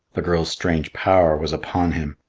the girl's strange power was upon him.